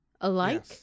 alike